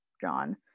John